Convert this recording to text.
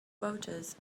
voters